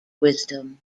wisdom